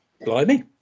Blimey